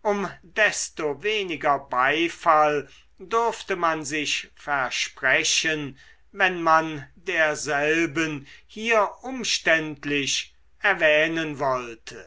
um desto weniger beifall dürfte man sich versprechen wenn man derselben hier umständlich erwähnen wollte